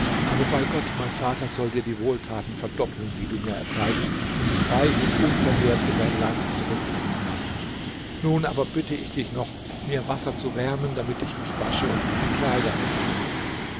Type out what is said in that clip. aber bei gott mein vater soll dir die wohltaten verdoppeln die du mir erzeigt und dich reich und unversehrt in dein land zurückbringen lassen nun aber bitte ich dich noch mir wasser zu wärmen damit ich mich wasche und meine kleider wechsle